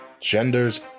genders